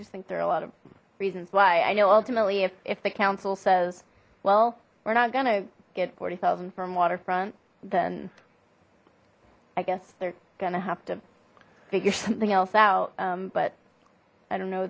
just think there are a lot of reasons why i know ultimately if the council says well we're not gonna get forty zero from waterfront then i guess they're gonna have to figure something else out but i don't know